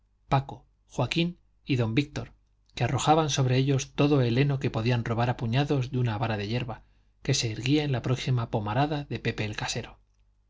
paco joaquín y don víctor que arrojaban sobre ellos todo el heno que podían robar a puñados de una vara de yerba que se erguía en la próxima pomarada de pepe el casero